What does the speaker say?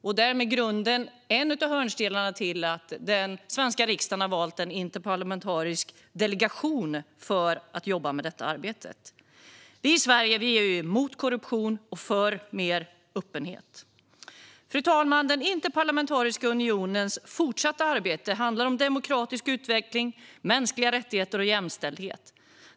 Detta är grunden och en av hörnstenarna till att den svenska riksdagen har valt en interparlamentarisk delegation för arbetet. Vi i Sverige är mot korruption och för mer öppenhet. Fru talman! Interparlamentariska unionens fortsatta arbete handlar om demokratisk utveckling, mänskliga rättigheter och jämställdhet.